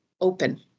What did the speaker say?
open